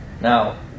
Now